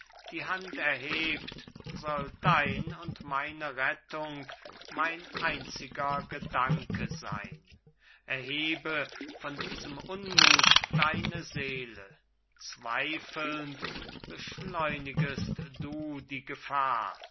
die hand erhebt soll dein und meine rettung mein einziger gedanke sein erhebe von diesem unmuth deine seele zweifelnd beschleunigest du die gefahr